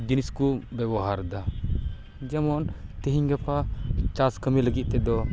ᱡᱤᱱᱤᱥ ᱠᱚ ᱵᱮᱵᱚᱦᱟᱨ ᱮᱫᱟ ᱡᱮᱢᱚᱱ ᱛᱤᱦᱤᱧ ᱜᱟᱯᱟ ᱪᱟᱥ ᱠᱟᱹᱢᱤ ᱞᱟᱹᱜᱤᱫ ᱛᱮᱫᱚ